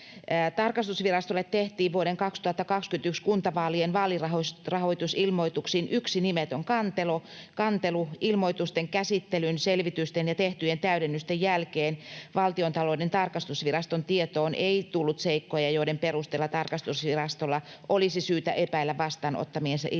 Tarkastusvirastolle tehtiin vuoden 2021 kuntavaalien vaalirahoitusilmoituksiin yksi nimetön kantelu ilmoitusten käsittelyn, selvitysten ja tehtyjen täydennysten jälkeen. Valtiontalouden tarkastusviraston tietoon ei tullut seikkoja, joiden perusteella tarkastusvirastolla olisi syytä epäillä vastaanottamiensa ilmoitusten